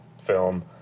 film